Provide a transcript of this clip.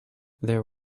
there